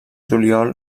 juliol